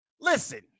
Listen